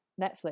Netflix